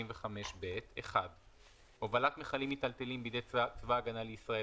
65ב הובלת מכלים מיטלטלים בידי צבא הגנה לישראל,